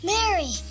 Mary